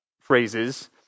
phrases